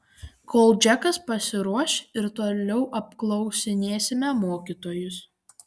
kol džekas pasiruoš ir toliau apklausinėsime mokytojus